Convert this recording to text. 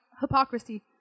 hypocrisy